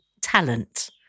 talent